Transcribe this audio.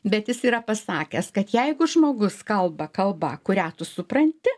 bet jis yra pasakęs kad jeigu žmogus kalba kalba kurią tu supranti